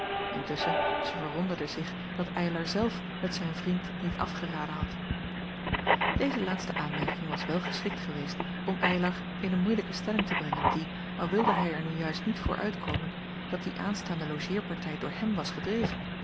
intusschen zij verwonderde zich dat eylar zelf het zijn vriend niet afgeraden had deze laatste aanmerking was wel geschikt geweest om eylar in een moeilijke stelling te brengen die al wilde hij er nu juist niet voor uitkomen dat die aanstaande logeerpartij door hem was gedreven